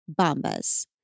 Bombas